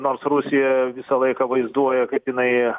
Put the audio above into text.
nors rusija visą laiką vaizduoja kaip jinai